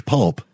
Pulp